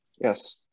Yes